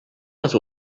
les